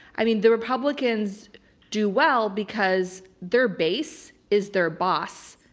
i mean the republicans do well because their base is their boss.